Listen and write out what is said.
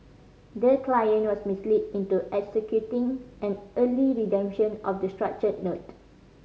the client was misled into executing an early redemption of the structured note